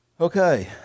Okay